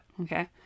Okay